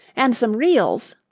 and some reals.